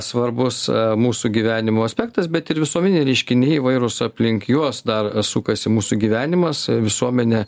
svarbus mūsų gyvenimo aspektas bet ir visuomeniniai reiškiniai įvairūs aplink juos dar sukasi mūsų gyvenimas visuomenė